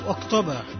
October